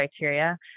criteria